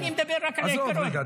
אני מדבר רק על --- עזוב רגע.